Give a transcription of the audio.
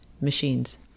machines